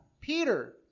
Peter